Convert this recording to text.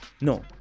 no